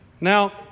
Now